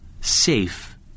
safe